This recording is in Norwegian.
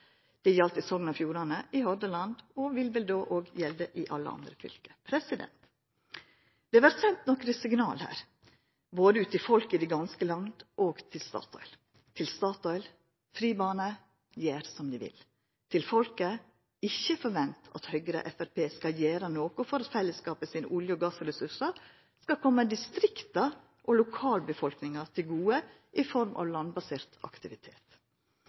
Det gjaldt i Sogn og Fjordane og Hordaland og vil vel då òg gjelda i alle andre fylke. Det vert sendt nokre signal her, både ut til folket i heile landet og til Statoil. Til Statoil: fri bane, gjer som de vil! Til folket: ikkje vent at Høgre og Framstegspartiet skal gjera noko for at fellesskapet sine olje- og gassressursar skal koma distrikta og lokalbefolkninga til gode i form av landbasert aktivitet!